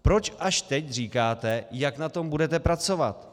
Proč až teď říkáte, jak na tom budete pracovat?